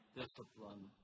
discipline